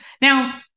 Now